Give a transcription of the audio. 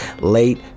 late